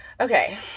Okay